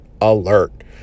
alert